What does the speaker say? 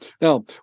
Now